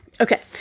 Okay